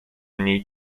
niej